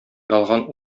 ялган